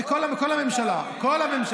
זה כל הממשלה, כל הממשלה.